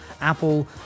Apple